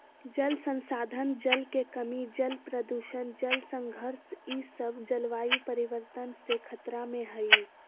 जल संसाधन, जल के कमी, जल प्रदूषण, जल संघर्ष ई सब जलवायु परिवर्तन से खतरा में हइ